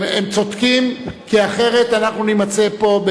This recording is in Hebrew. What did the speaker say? הם צודקים כי אחרת אנחנו נימצא פה,